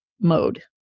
mode